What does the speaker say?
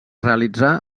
realitzà